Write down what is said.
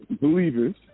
believers